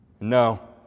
No